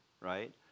right